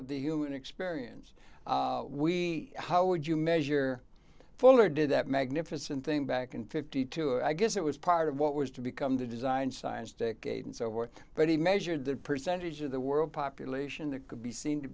of the human experience we how would you measure fuller did that magnificent thing back in fifty two i guess it was part of what was to become to design science to kate and so forth but he measured the percentage of the world population that could be seen to